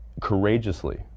courageously